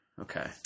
Okay